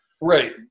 Right